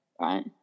Right